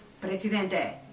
Presidente